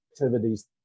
activities